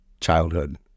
childhood